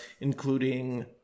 including